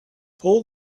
pour